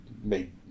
made